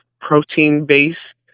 protein-based